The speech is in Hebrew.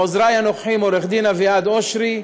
לעוזרי הנוכחים, עורך-דין אביעד אושרי,